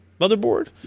motherboard